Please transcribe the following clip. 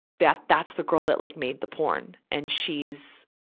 that, that's the girl that like made the porn. and she's,